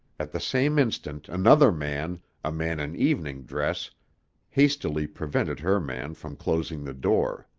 at the same instant another man a man in evening dress hastily prevented her man from closing the door.